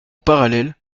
parallèle